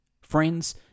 friends